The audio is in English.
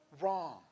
wrong